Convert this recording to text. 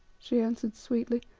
she answered sweetly,